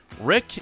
Rick